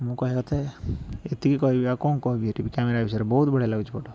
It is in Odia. ମୁଁ କହିବା କଥା ଏତିକି କହିବି ଆଉ କ'ଣ କହିବି କ୍ୟାମେରା ବିଷୟରେ ବହୁତ ବଢ଼ିଆ ଲାଗୁଛି ଫଟୋ